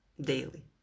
daily